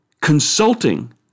consulting